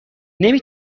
نمی